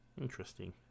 Interesting